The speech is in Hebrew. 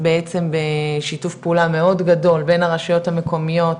בעצם בשיתוף פעולה מאוד גדול בין הרשויות המקומיות,